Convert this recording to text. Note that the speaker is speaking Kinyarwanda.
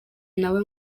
nawe